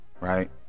Right